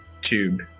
tube